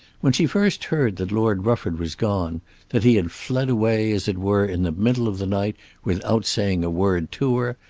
when she first heard that lord rufford was gone that he had fled away as it were in the middle of the night without saying a word to her,